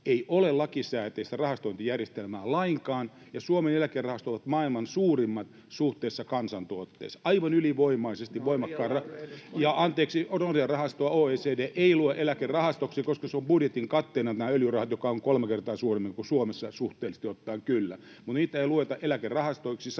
ei ole lakisääteistä rahastointijärjestelmää lainkaan. Suomen eläkerahastot ovat maailman suurimmat suhteessa kansantuotteeseen, aivan ylivoimaisesti voimakkain... [Johannes Koskisen välihuuto] — Anteeksi, Norjan rahastoa OECD ei lue eläkerahastoksi, koska se on budjetin katteena, nämä öljyrahat, jotka ovat kolme kertaa suuremmat kuin Suomessa suhteellisesti ottaen, kyllä. Niitä ei lueta eläkerahastoksi samalla